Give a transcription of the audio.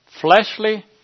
Fleshly